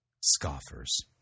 scoffers